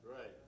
Right